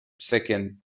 second